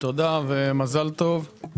תודה ומזל טוב.